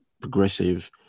progressive